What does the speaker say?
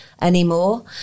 anymore